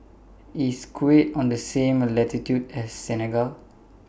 IS Kuwait on The same latitude as Senegal